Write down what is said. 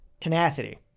Tenacity